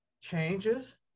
changes